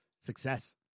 Success